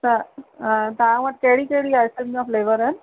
त अ तव्हां वटि कहिड़ी कहिड़ी आइस्क्रीम जा आहिनि